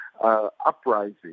Uprising